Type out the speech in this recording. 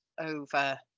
over